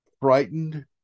frightened